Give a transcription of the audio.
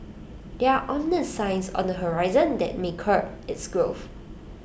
there are ominous signs on the horizon that may curb its growth